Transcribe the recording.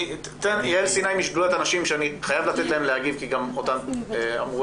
אני חייב לתת ליעל סיני משדולת הנשים להגיב כי גם עליהם אמרו